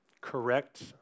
correct